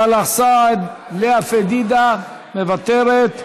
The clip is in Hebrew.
סאלח סעד, לאה פדידה, מוותרת,